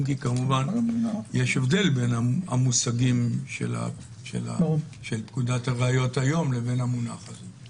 אם כי כמובן יש הבדל בין המושגים של פקודת הראיות היום לבין המונח הזה.